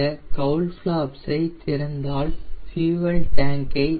இந்த cowl flaps ஐ திறந்தால் ஃபியூயெல் டேங்க் ஐ